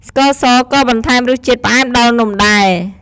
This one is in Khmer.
ស្ករសក៏បន្ថែមរសជាតិផ្អែមដល់នំដែរ